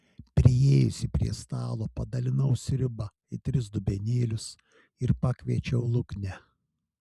priėjusi prie stalo padalinau sriubą į tris dubenėlius ir pakviečiau luknę